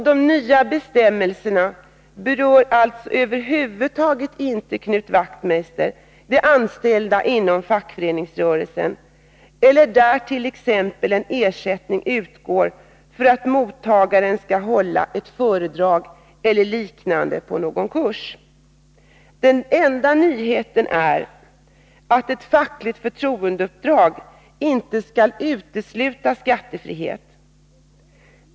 De nya bestämmelserna berör alltså över huvud taget inte, Knut Wachtmeister, de anställda inom fackföreningsrörelsen eller sådana fall där t.ex. en ersättning utgår för att mottagaren skall hålla ett föredrag eller liknande på någon kurs. Den enda nyheten är att ett fackligt förtroendeuppdrag inte skall utesluta skattefrihet.